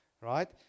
right